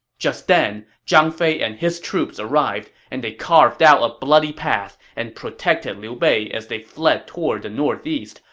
just then, zhang fei and his troops arrived, and they carved out a bloody path and protected liu bei as they fled toward the northeast,